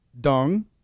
dung